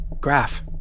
Graph